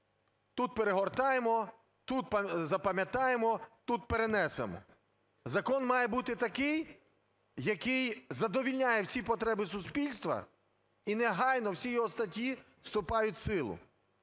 тут перегортаємо, тут запам'ятаємо, тут перенесемо. Закон має бути такий, який задовольняє всі потреби суспільства і негайно всі його статті вступають в силу.